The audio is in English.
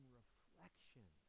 reflection